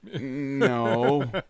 no